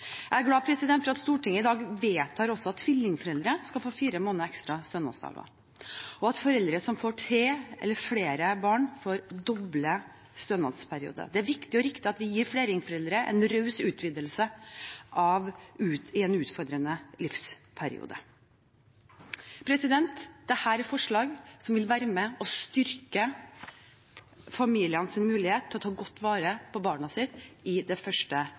Jeg er glad for at Stortinget i dag også vedtar at tvillingforeldre skal få fire måneder ekstra stønadsdager, og at foreldre som får tre eller flere barn, får doblet stønadsperiode. Det er viktig og riktig at vi gir flerlingforeldre en raus utvidelse i en utfordrende livsperiode. Dette er vedtak som vil være med og styrke familienes mulighet til å ta godt vare på barna sine det første